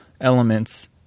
elements